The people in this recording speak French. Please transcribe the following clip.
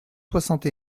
soixante